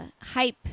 hype